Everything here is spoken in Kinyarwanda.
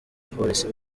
polisi